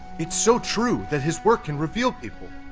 it's so true that his work can reveal people!